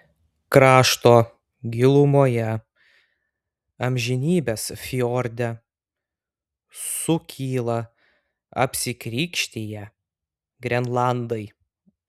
krašto gilumoje amžinybės fjorde sukyla apsikrikštiję grenlandai